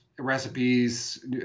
recipes